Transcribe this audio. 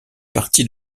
parties